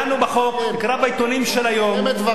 הוא מסיים את דבריו.